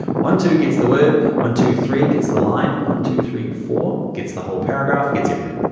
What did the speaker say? one two gets the word. one, two, three gets the line. one, two, three, four gets the whole paragraph, gets everything.